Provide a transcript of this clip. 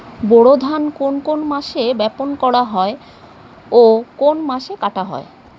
বোরো ধান কোন মাসে বপন করা হয় ও কোন মাসে কাটা হয়?